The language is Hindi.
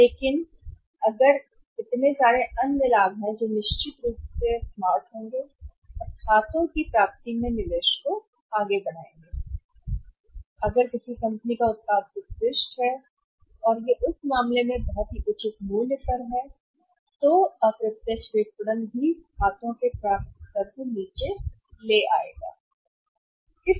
लेकिन इतने सारे होंगे अन्य लाभ जो निश्चित रूप से स्मार्ट होंगे या खातों की प्राप्ति में निवेश को आगे बढ़ाएंगे और अगर किसी कंपनी का उत्पाद उत्कृष्ट है और यह उस मामले में भी बहुत ही उचित मूल्य पर है अप्रत्यक्ष विपणन भी खातों प्राप्य स्तर नीचे लाया जा सकता है